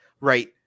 right